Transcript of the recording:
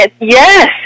Yes